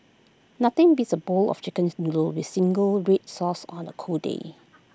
nothing beats A bowl of Chicken's noodles with single Red Sauce on A cold day